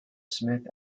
smith